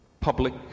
public